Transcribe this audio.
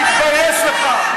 תתבייש לך.